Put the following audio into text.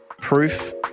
proof